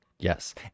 Yes